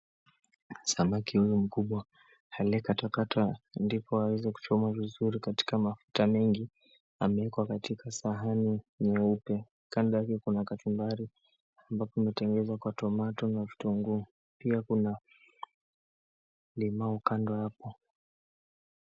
Samaki huyu mkubwa aliyekatwakatwa ndipo aweze kuchomwa vizuri katika mafuta mengi, ameekwa katika sahani nyeupe. Kando yake kuna kachumbari ambapo imetengezwa kwa tomato na vitunguu. Pia kuna limau kando hapo.